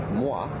moi